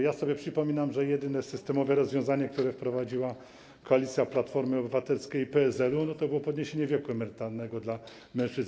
Ja sobie przypominam, że jedyne systemowe rozwiązanie, które wprowadziła koalicja Platformy Obywatelskiej i PSL-u, to było podniesienie wieku emerytalnego dla kobiet i mężczyzn.